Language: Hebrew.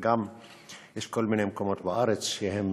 גם יש כל מיני מקומות בארץ שהם